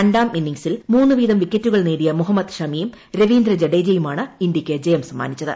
രണ്ടാം ഇന്നിംഗ്സിൽ മൂന്നു വീതം പ്ലിക്കറ്റുകൾ നേടിയ മുഹമ്മദ് ഷമിയും രവീന്ദ്ര ജഡേജയുമാണ് ഇന്ത്യയ്ക്ക് ജയം സമ്മാനിച്ചത്